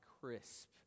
crisp